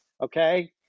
okay